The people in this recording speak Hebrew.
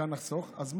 היכן לחסוך, אז מה?